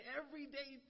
everyday